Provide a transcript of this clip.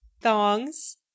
Thongs